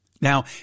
Now